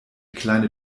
kleine